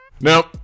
Nope